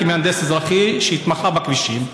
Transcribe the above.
כמהנדס אזרחי שהתמחה בכבישים: